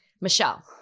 Michelle